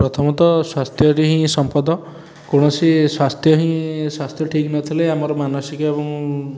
ପ୍ରଥମତଃ ସ୍ୱାସ୍ଥ୍ୟରେ ହିଁ ସମ୍ପଦ କୌଣସି ସ୍ୱାସ୍ଥ୍ୟ ହିଁ ସ୍ୱାସ୍ଥ୍ୟ ଠିକ୍ ନଥିଲେ ଆମର ମାନସିକ ଏବଂ